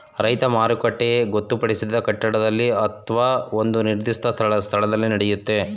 ರೈತ ಮಾರುಕಟ್ಟೆ ಗೊತ್ತುಪಡಿಸಿದ ಕಟ್ಟಡದಲ್ಲಿ ಅತ್ವ ಒಂದು ನಿರ್ದಿಷ್ಟ ಸ್ಥಳದಲ್ಲಿ ನಡೆಯುತ್ತೆ